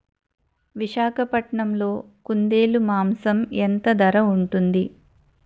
విశాఖపట్నంలో కుందేలు మాంసం ఎంత ధర ఉంటుంది?